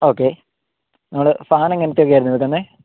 okay നമ്മൾ fan എങ്ങനത്തെ ഒക്കെ ആയിരുന്നു ഇടുന്നത്